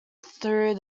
through